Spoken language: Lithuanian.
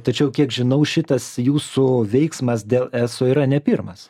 tačiau kiek žinau šitas jūsų veiksmas dėl eso yra ne pirmas